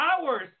hours